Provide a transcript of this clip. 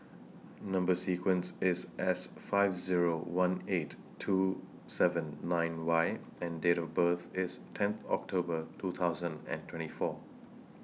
Number sequence IS S five Zero one eight two seven nine Y and Date of birth IS ten October two thousand and twenty four